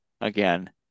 again